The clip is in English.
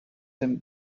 them